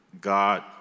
God